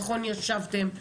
נכון ישבתם,